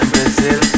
Brazil